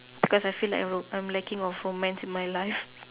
because I feel like I ro~ I am lacking of romance in my life